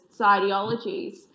ideologies